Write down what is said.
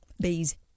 Bees